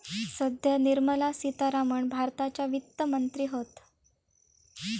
सध्या निर्मला सीतारामण भारताच्या वित्त मंत्री हत